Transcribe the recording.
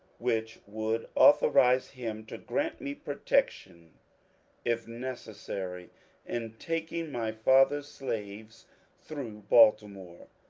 which would authorize him to grant me protection if necessary in taking my father's slaves through baltimore.